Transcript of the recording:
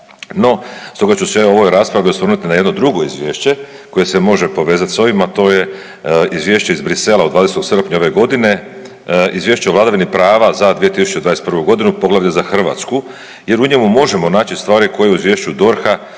No, stoga ću se ja u ovoj raspravi osvrnuti na jedno drugo izvješće koje se može povezati s ovim a to je izvješće iz Brisela od 20. srpnja ove godine, izvješće o vladavini prava za 2021. godinu, poglavlje za Hrvatsku jer u njemu možemo naći stvari koje u izvješću DORHA